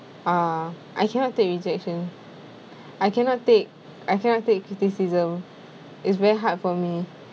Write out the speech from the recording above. ah I cannot take rejection I cannot take I cannot take criticism it's very hard for me